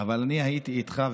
אבל אני הייתי איתך,